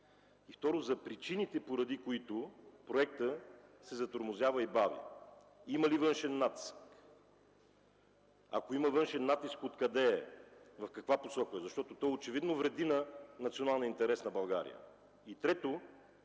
и второ, за причините, поради които проектът се затормозява и бави. Има ли външен натиск? Ако има външен натиск, от къде е, в каква посока е? Защото той очевидно вреди на националния интерес на България. И трето,